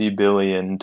billion